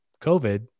COVID